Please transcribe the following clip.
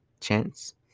chance